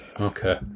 Okay